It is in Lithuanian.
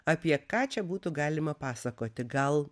apie ką čia būtų galima pasakoti gal